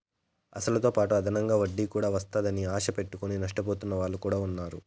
అసలుతోపాటు అదనంగా వడ్డీ కూడా వత్తాదని ఆశ పెట్టుకుని నష్టపోతున్న వాళ్ళు కూడా ఉన్నారు